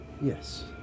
Yes